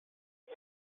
است